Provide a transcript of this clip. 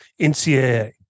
NCAA